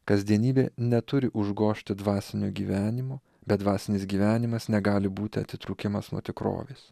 kasdienybė neturi užgožti dvasinio gyvenimo bet dvasinis gyvenimas negali būti atitrūkimas nuo tikrovės